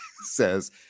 says